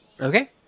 Okay